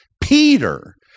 Peter